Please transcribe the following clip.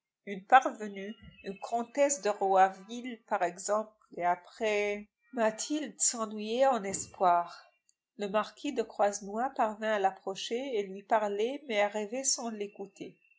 une parvenue une comtesse de roiville par exemple et après mathilde s'ennuyait en espoir le marquis de croisenois parvint à l'approcher et lui parlait mais elle rêvait sans l'écouter